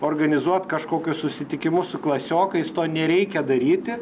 organizuot kažkokius susitikimus su klasiokais to nereikia daryti